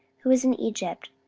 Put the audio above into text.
who was in egypt,